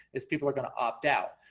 is people are going to opt-out.